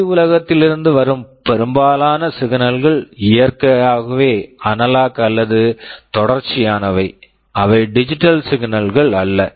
வெளி உலகத்திலிருந்து வரும் பெரும்பாலான சிக்னல் signals கள் இயற்கையாகவே அனலாக்analog அல்லது தொடர்ச்சியானவை அவை டிஜிட்டல் digital சிக்னல் signals கள் அல்ல